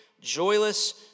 joyless